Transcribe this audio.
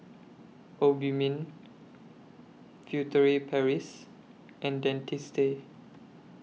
Obimin Furtere Paris and Dentiste